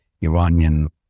Iranian